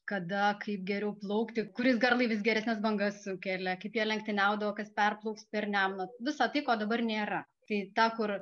kada kaip geriau plaukti kuris garlaivis geresnes bangas sukelia kaip jie lenktyniaudavo kas perplauks per nemuną visa tai ko dabar nėra tai tą kur